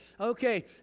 Okay